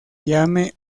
llame